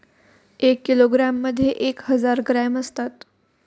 एक किलोग्रॅममध्ये एक हजार ग्रॅम असतात